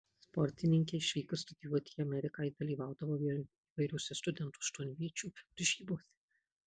sportininkei išvykus studijuoti į ameriką ji dalyvaudavo įvairiose studentų aštuonviečių varžybose